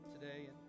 today